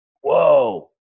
whoa